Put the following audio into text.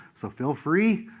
so feel free.